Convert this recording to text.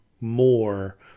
more